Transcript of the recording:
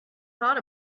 thought